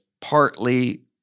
partly